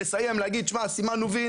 לסיים ולומר: סימנו "וי",